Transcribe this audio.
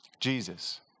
Jesus